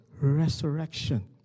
resurrection